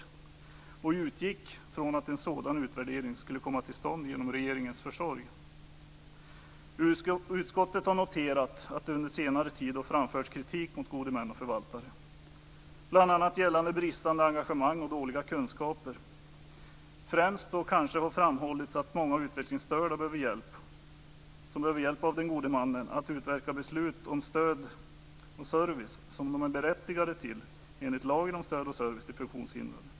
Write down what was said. Utskottet utgick från att en sådan utvärdering skulle komma till stånd genom regeringens försorg. Utskottet har noterat att det under senare tid har framförts kritik mot gode män och förvaltare. Det gäller bl.a. bristande engagemang och dåliga kunskaper. Det har främst framhållits att många utvecklingsstörda behöver hjälp av den gode mannen att utverka beslut om stöd och service som de är berättigade till enligt lagen om stöd och service till funktionshindrade.